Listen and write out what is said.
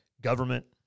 government